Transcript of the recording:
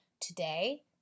today